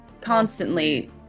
constantly